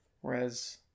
Whereas